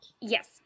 yes